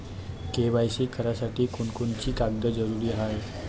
KYC करासाठी कोनची कोनची कागद जरुरी हाय?